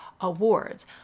awards